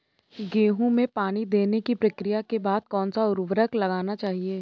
गेहूँ में पानी देने की प्रक्रिया के बाद कौन सा उर्वरक लगाना चाहिए?